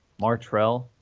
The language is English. Martrell